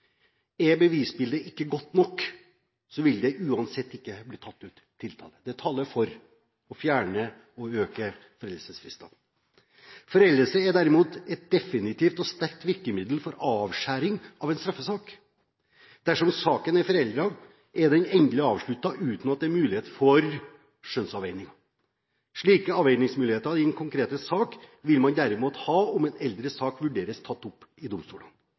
Er bevisbildet ikke godt nok, vil det uansett ikke bli tatt ut tiltale. Det taler for å fjerne og øke foreldelsesfristene. Foreldelse er derimot et definitivt og sterkt virkemiddel for avskjæring av en straffesak. Dersom saken er foreldet, er den endelig avsluttet uten at det er mulighet for skjønnsavveining. Slike avveiningsmuligheter i den konkrete sak vil man derimot ha om en eldre sak vurderes tatt opp i